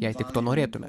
jei tik to norėtume